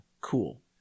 cool